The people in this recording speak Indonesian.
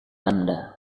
anda